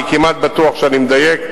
אני כמעט בטוח שאני מדייק.